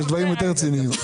יש דברים יותר רציניים.